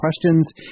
questions